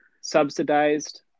subsidized